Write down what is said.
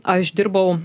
aš dirbau